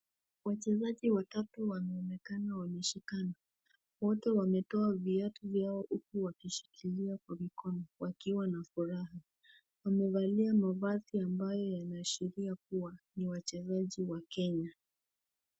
Wachezaji watatu wanaonekana wameshikana, wote wametoa viatu vyao huku wakishikilia kwa mikono wakiwa na furaha, wamevalia mavazi ambayo yanaashiria kuwa ni wachezaji wa Kenya.